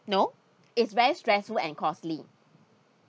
no it's very stressful and costly